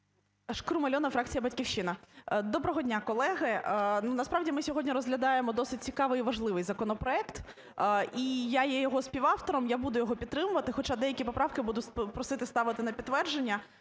Шкрум Альона, фракція "Батьківщина". Доброго дня, колеги! Насправді, ми сьогодні розглядаємо досить цікавий і важливий законопроект. І я є його співавтором, я буду його підтримувати, хоча деякі поправки буду просити ставити на підтвердження.